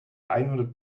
einhundert